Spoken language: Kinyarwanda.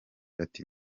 ati